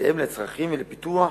בהתאם לצרכים ולפיתוח,